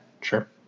Sure